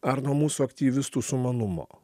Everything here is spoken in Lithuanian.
ar nuo mūsų aktyvistų sumanumo